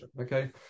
Okay